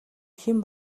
хэн